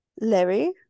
larry